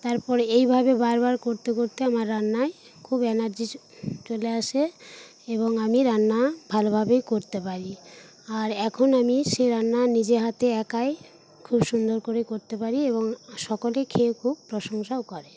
তারপর এইভাবে বার বার করতে করতে আমার রান্নায় খুব এনার্জি চ চলে আসে এবং আমি রান্না ভালোভাবে করতে পারি আর এখন আমি সেই রান্না নিজে হাতে একাই খুব সুন্দর করে করতে পারি এবং সকলে খেয়ে খুব প্রশংসাও করে